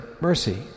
mercy